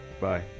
Bye